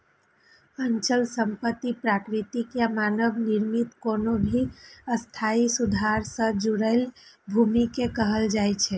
अचल संपत्ति प्राकृतिक या मानव निर्मित कोनो भी स्थायी सुधार सं जुड़ल भूमि कें कहल जाइ छै